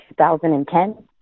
2010